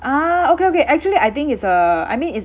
ah okay okay actually I think it's uh I mean it's